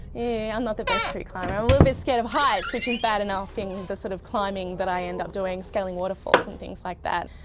yeah i'm not the best tree climber, i'm a little bit scared of heights, which is bad enough in the sort of climbing that i end up doing, scaling waterfalls and things like that.